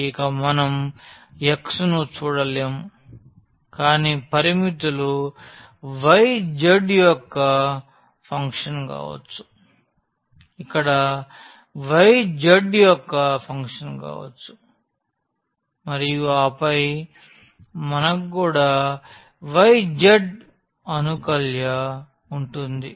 ఇక మనం x ను చూడలేం కానీ పరిమితులు yz యొక్క ఫంక్షన్ కావచ్చు ఇక్కడ yz యొక్క ఫంక్షన్ కావచ్చు మరియు ఆపై మనకు కూడా YZ అనుకల్య ఉంటుంది